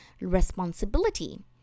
responsibility